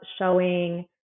showing